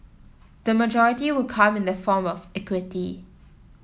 the majority will come in the form of equity